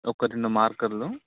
ఒక రెండు మార్కర్లు